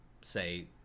say